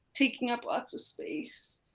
taking up lots of space,